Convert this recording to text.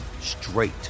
straight